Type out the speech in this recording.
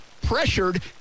pressured